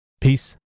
Peace